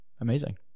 Amazing